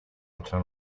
altra